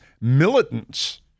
militants